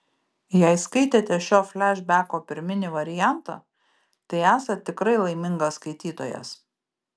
jei skaitėte šio flešbeko pirminį variantą tai esat tikrai laimingas skaitytojas